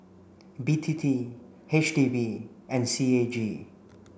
B T T H D B and C A G